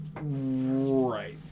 right